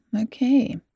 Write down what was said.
Okay